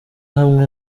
hamwe